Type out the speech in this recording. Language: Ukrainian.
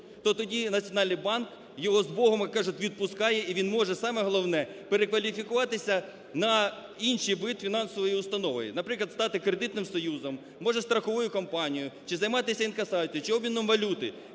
то тоді Національний банк його з Богом, як кажуть, відпускає. І він може – саме головне – перекваліфікуватися на інший вид фінансової установи, наприклад, стати кредитним союзом, може, страховою компанією чи займатися інкасацією, чи обміном валюти.